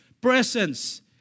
presence